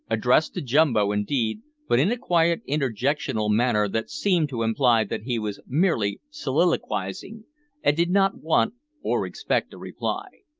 addressed to jumbo indeed, but in a quiet interjectional manner that seemed to imply that he was merely soliloquising, and did not want or expect a reply.